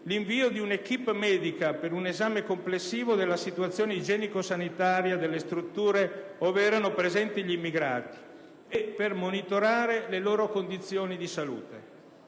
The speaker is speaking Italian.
l'invio di un'*equipe* medica per un esame complessivo della situazione igienico-sanitaria delle strutture ove erano presenti gli immigrati e per monitorare le loro condizioni di salute.